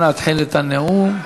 אנא התחל את הנאום.